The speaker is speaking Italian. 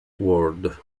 world